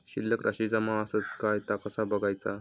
शिल्लक राशी जमा आसत काय ता कसा बगायचा?